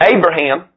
Abraham